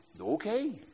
okay